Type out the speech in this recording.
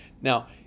Now